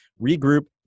regroup